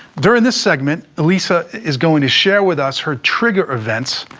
during this segment, elissa is going to share with us her trigger events,